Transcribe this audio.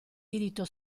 diritto